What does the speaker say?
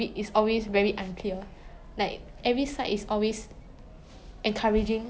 ya ya